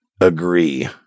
agree